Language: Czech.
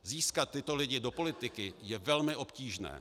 Získat tyto lidi do politiky je velmi obtížné.